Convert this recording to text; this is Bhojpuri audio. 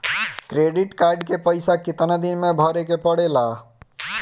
क्रेडिट कार्ड के पइसा कितना दिन में भरे के पड़ेला?